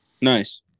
Nice